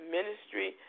Ministry